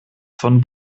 von